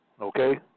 Okay